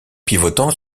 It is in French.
pivotant